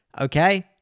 Okay